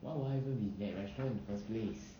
why will I even be that restaurant in the first place